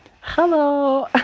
Hello